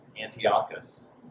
Antiochus